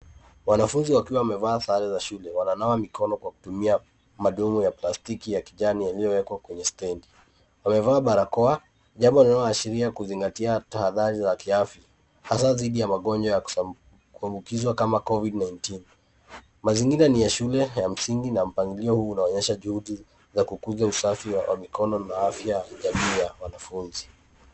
Wanafunzi wakiwa wamevaa sare za shule. Wananawa mikono kwa kutumia madomo ya plastiki yaliyowekwa kwenye stendi. Wamevaa barakoa, jambo linaloashiria kuzingatia tahadhari za kiafya hasa zaidi magonjwa za kuambikizwa kama COVID 19. Mazingira ni ya shule ya msingi na mpangilio huu unaonyesha juhudi za kukuza usafi wa mikono na afya ya jamii ya wanafunzi.